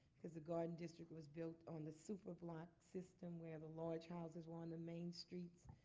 because the garden district was built on the super block system, where the large houses were on the main streets.